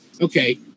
Okay